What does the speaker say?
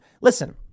listen